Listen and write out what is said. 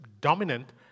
dominant